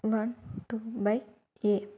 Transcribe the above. one two by a